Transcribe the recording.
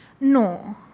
No